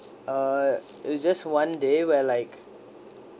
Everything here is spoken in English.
uh it was just one day where like